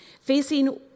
facing